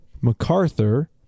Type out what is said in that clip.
MacArthur